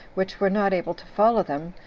which were not able to follow them,